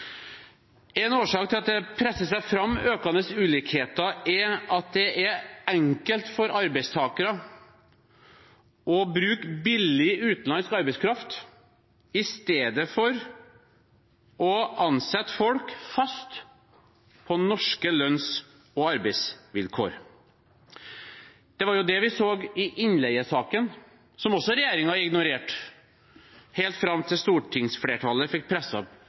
En årsak til at det presser seg fram økende ulikheter, er at det er enkelt for arbeidsgivere å bruke billig utenlandsk arbeidskraft i stedet for å ansette folk fast på norske lønns- og arbeidsvilkår. Det var det vi så i innleiesaken, som regjeringen også ignorerte helt til stortingsflertallet fikk presset fram en tydelig innstramming. Det ser vi også når det gjelder gjennomsnittsberegning av